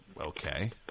okay